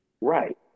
Right